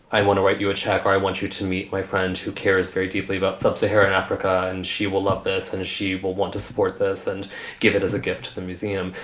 i want to write you a check. i want you to meet my friend who cares very deeply about sub-saharan africa. and she will love this. and she will want to support this and give it as a gift to the museum.